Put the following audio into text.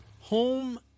home